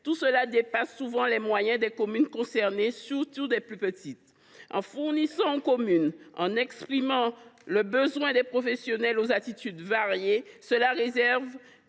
tout cela dépasse souvent les moyens des communes concernées, surtout des plus petites. En fournissant aux communes qui en exprimeront le besoin des professionnels aux aptitudes variées, cette réserve